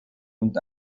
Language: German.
und